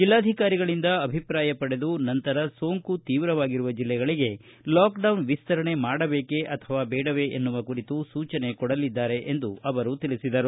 ಜಿಲ್ಲಾಧಿಕಾರಿಗಳಿಂದ ಅಭಿಪ್ರಾಯ ಪಡೆದು ನಂತರ ಸೋಂಕು ತೀವ್ರವಾಗಿರುವ ಜಿಲ್ಲೆಗಳಿಗೆ ಲಾಕ್ಡೌನ್ ವಿಸ್ತರಣೆ ಮಾಡಬೇಕೇ ಅಥವಾ ಬೇಡವೆ ಎನ್ನುವ ಕುರಿತು ಸೂಚನೆ ಕೊಡಲಿದ್ದಾರೆ ಎಂದು ತಿಳಿಸಿದರು